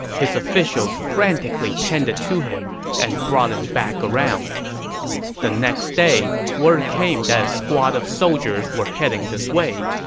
his officials frantically tended to him and brought him back around the next day, word came that a squad of soldiers were heading this way.